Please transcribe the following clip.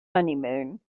honeymoon